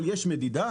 אבל יש מדידה.